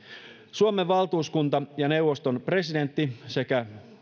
suomen valtuuskunta ja neuvoston presidentti sekä